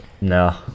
No